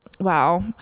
wow